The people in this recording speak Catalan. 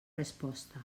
resposta